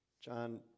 John